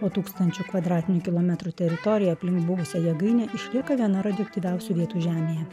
o tūkstančio kvadratinių kilometrų teritorija aplink buvusią jėgainę išlieka viena radioaktyviausių vietų žemėje